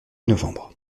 novembre